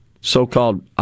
So-called